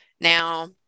Now